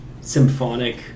symphonic